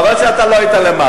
חבל שאתה לא היית למעלה.